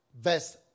Verse